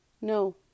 no